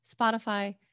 Spotify